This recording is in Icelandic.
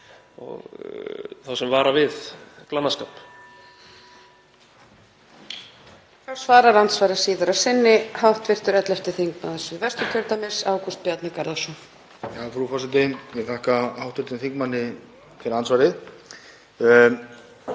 þá sem vara við glannaskap.